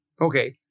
Okay